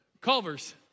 Culver's